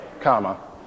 comma